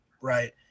Right